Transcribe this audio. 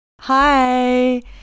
hi